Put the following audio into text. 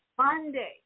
Monday